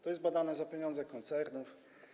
To jest badane za pieniądze koncernów.